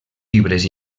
llibres